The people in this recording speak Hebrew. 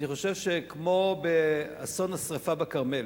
אני חושב שכמו שבאסון השרפה בכרמל